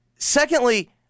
Secondly